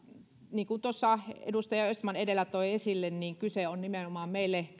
niin kuin tuossa edustaja östman edellä toi esille kyse on nimenomaan meille